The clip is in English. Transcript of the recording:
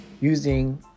using